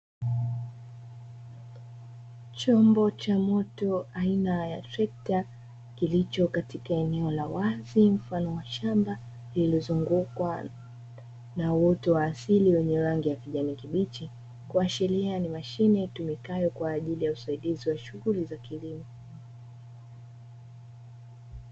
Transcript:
Chombo cha moto aina ya trekta kilicho katika eneo la wazi mfano wa shamba lililozungukwa na uoto wa asili wenye rangi ya kijani kibichi, kuashiria ni mashine itumikayo kwa ajili ya usaidizi wa shughuli za kilimo.